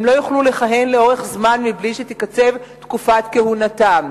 הם לא יוכלו לכהן לאורך זמן בלי שתיקצב תקופת כהונתם,